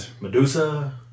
Medusa